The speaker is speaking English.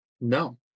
No